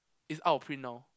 it's out of print now